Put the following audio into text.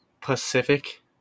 Pacific